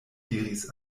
diris